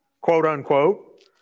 quote-unquote